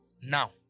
Now